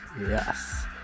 yes